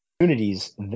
opportunities